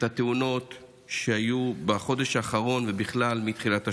את התאונות שהיו בחודש האחרון ובכלל מתחילת השנה.